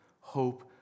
hope